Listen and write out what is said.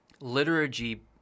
liturgy